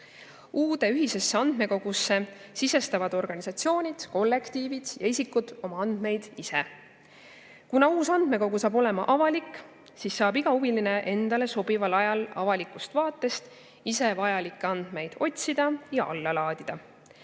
Uude ühisesse andmekogusse sisestavad organisatsioonid, kollektiivid ja isikud oma andmeid ise. Kuna uus andmekogu saab olema avalik, siis saab iga huviline endale sobival ajal avalikust vaatest ise vajalikke andmeid otsida ja alla laadida.